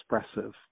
expressive